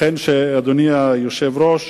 לכן, אדוני היושב-ראש,